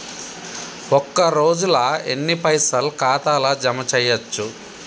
ఒక రోజుల ఎన్ని పైసల్ ఖాతా ల జమ చేయచ్చు?